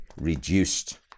reduced